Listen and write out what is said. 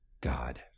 God